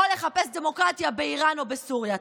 או לחפש דמוקרטיה באירן או בסוריה.